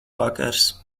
vakars